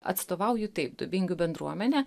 atstovauju taip dubingių bendruomenę